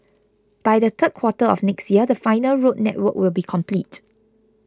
by the third quarter of next year the final road network will be complete